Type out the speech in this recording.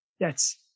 Yes